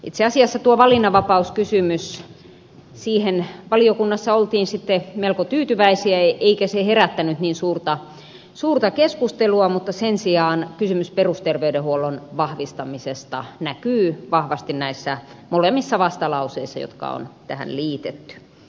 itse asiassa tuohon valinnanvapauskysymykseen valiokunnassa oltiin sitten melko tyytyväisiä eikä se herättänyt niin suurta keskustelua mutta sen sijaan kysymys perusterveydenhuollon vahvistamisesta näkyy vahvasti näissä molemmissa vastalauseissa jotka on tähän liitetty